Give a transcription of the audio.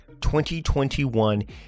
2021